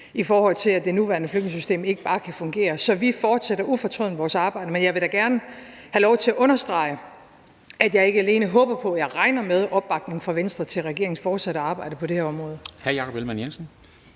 lande – at det nuværende flygtningesystem bare ikke fungerer. Så vi fortsætter ufortrødent vores arbejde. Men jeg vil da gerne have lov til at understrege, at jeg ikke alene håber på, men regner med opbakning fra Venstres side til regeringens fortsatte arbejde på det her område.